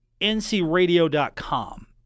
ncradio.com